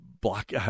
block—